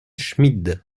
schmid